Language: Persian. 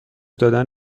دادن